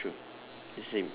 mm ya it's true